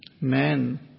Man